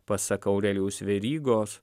pasak aurelijaus verygos